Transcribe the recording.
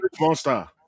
Monster